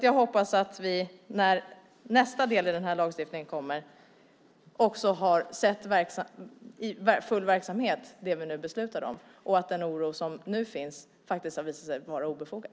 Jag hoppas att vi när nästa del i den här lagstiftningen kommer har sett det som vi nu beslutar om i full verksamhet och att den oro som nu finns ska visa sig vara obefogad.